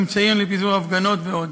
אמצעים לפיזור הפגנות ועוד,